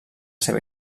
seva